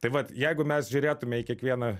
tai vat jeigu mes žiūrėtume į kiekvieną